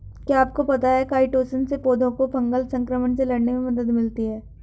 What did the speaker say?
क्या आपको पता है काइटोसन से पौधों को फंगल संक्रमण से लड़ने में मदद मिलती है?